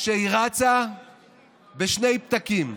שהיא רצה בשני פתקים: